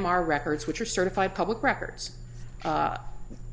r records which are certified public records